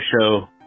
show